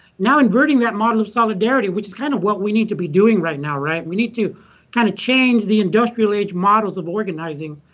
now inverting that model of solidarity, which is kind of what we need to be doing right now. we need to kind of change the industrial age models of organizing.